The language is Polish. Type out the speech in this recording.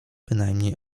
bynajmniej